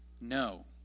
No